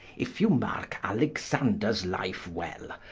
if you marke alexanders life well,